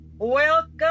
Welcome